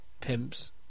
pimps